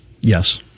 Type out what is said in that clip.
Yes